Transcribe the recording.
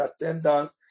attendance